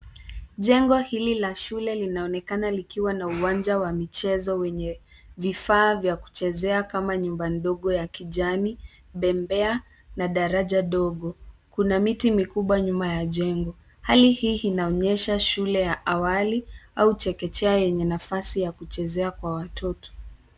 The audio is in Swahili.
Jengo hili la shule linaonekana likiwa na uwanja wa michezo wenye vifaa vya kuchezea kama nyumba ndogo ya kijani, bembea na daraja ndogo. Kuna miti mikubwa nyuma ya jengo. Hali hii inaonyesha shule ya awali au chekechea yenye nafasi ya kuchezea kwa watoto.